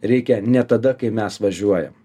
reikia ne tada kai mes važiuojam